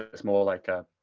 ah it's more like a